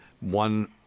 one